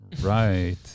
right